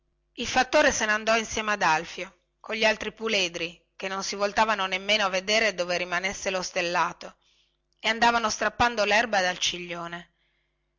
il fattore se ne andò insieme ad alfio cogli altri puledri che non si voltavano nemmeno a vedere dove rimanesse lo stellato e andavano strappando lerba dal ciglione